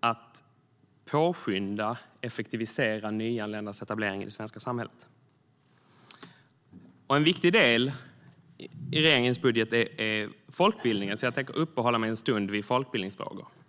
att påskynda och effektivisera nyanländas etablering i det svenska samhället. En viktig del i regeringens budget är folkbildningen, och jag tänkte därför uppehålla mig en stund vid folkbildningsfrågor.